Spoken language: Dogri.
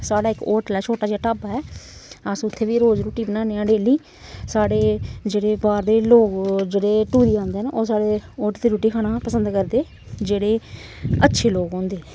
साढ़ा इक होटल ऐ छोटा जेहा ढाबा ऐ अस उत्थै बी रोज रुट्टी बनान्ने आं डेली साढ़े जेह्ड़े बाह्र दे लोक जेह्ड़े टुरियै औंदे न ओह् साढ़े होटल दी रुट्टी खाना पसंद करदे जेह्ड़े अच्छे लोग होंदे